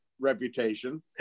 reputation